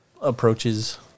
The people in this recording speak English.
approaches